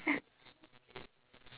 okay what topic do you want